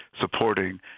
supporting